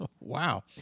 Wow